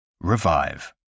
Revive